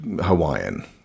Hawaiian